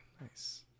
Nice